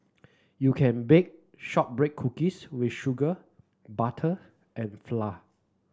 you can bake shortbread cookies with sugar butter and flour